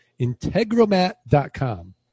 Integromat.com